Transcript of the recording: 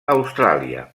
austràlia